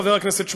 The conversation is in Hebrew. חבר הכנסת שמולי,